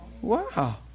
Wow